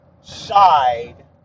side